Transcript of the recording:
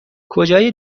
کجای